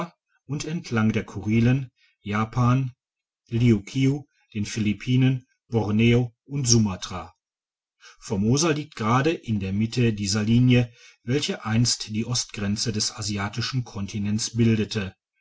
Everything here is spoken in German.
und entlang der kurilen japan liukiu den philippinen borneo und sumatra formosa liegt gerade in der mitte dieser linie welche einst die ostgrenze des asiatischen kontinents bildete